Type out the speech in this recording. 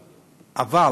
לדין, אבל